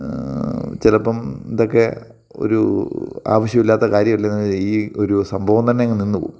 ചിലപ്പം ഇതൊക്കെ ഒരൂ ആവശ്യവുമില്ലാത്ത കാര്യമല്ലേ എന്ന് ഈ ഒരു സംഭവം തന്നെ അങ്ങ് നിന്ന് പോവും